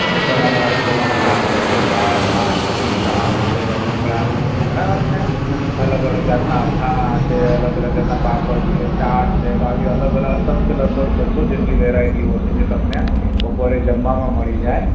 બપોરમાં તમારે ચુરમાનાં લાડું છે દાળભાત પૂરી શાક છે રમકડાં છે બરાબર છે અલગ અલગ જાતનાં અથાણાં છે અલગ અલગ જાતના પાપડ છે ચાટ છે તો આવી અલગ અલગ અસંખ્ય લગભગ બસો જેટલી વેરાઇટીઓ છે જે તમને બપોરે જમવામાં મળી જાય